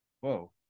Whoa